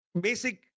basic